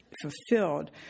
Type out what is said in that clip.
fulfilled